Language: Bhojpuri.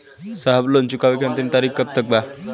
साहब लोन चुकावे क अंतिम तारीख कब तक बा?